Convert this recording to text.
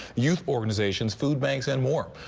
youth organizations, food banks and more.